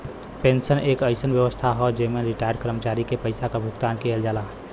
pension एक अइसन व्यवस्था हौ जेमन रिटार्यड कर्मचारी के पइसा क भुगतान किहल जाला